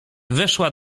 weszła